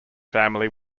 family